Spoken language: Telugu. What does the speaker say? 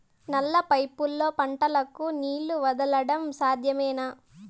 నల్ల పైపుల్లో పంటలకు నీళ్లు వదలడం సాధ్యమేనా?